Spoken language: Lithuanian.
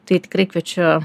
tai tikrai kviečiu